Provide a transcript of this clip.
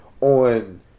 on